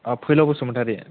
अ फैलाव बसुमतारी